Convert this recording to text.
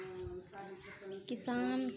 किसान